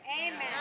Amen